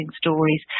stories